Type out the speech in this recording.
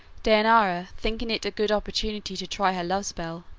dejanira, thinking it a good opportunity to try her love-spell,